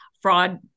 fraud